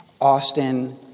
Austin